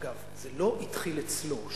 אגב, זה לא התחיל אצלו.